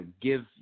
give